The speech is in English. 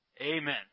amen